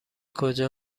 کجا